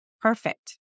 Perfect